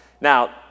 Now